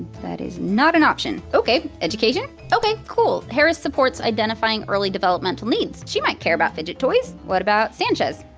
that is not an option. ok, education. ok, cool, cool, harris supports identifying early developmental needs. she might care about fidget toys! what about sanchez?